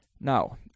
Now